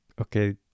okay